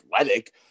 athletic